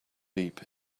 deep